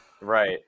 right